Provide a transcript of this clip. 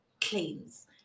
claims